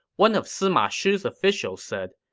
one of sima shi's officials said,